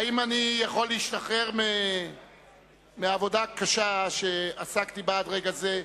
האם אני יכול להשתחרר מהעבודה הקשה שעסקתי בה עד רגע זה?